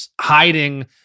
hiding